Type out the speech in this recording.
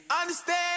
Understand